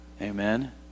Amen